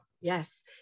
yes